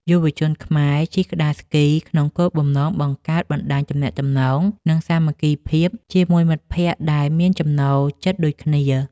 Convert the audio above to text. យុវជនខ្មែរជិះក្ដារស្គីក្នុងគោលបំណងបង្កើតបណ្ដាញទំនាក់ទំនង និងសាមគ្គីភាពជាមួយមិត្តភក្ដិដែលមានចំណូលចិត្តដូចគ្នា។